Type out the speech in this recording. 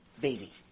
baby